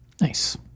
Nice